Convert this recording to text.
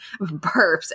burps